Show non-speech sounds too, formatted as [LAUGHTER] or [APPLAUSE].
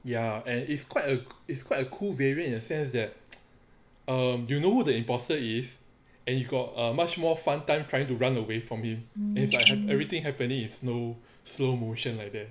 ya and it's quite it's quite a cool variant in a sense that [NOISE] err you know the imposter is and you got a much more fun time trying to run away from him and is like everything happening in slow slow motion like that